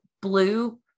blue